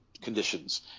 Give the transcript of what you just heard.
Conditions